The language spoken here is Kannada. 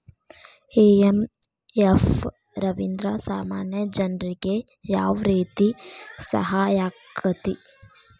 ಐ.ಎಂ.ಎಫ್ ದವ್ರಿಂದಾ ಸಾಮಾನ್ಯ ಜನ್ರಿಗೆ ಯಾವ್ರೇತಿ ಸಹಾಯಾಕ್ಕತಿ?